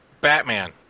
Batman